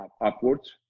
upwards